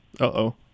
Uh-oh